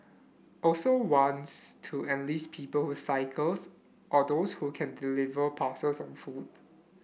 also wants to enlist people who cycles or those who can deliver parcels on foot